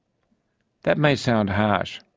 that may sound harsh.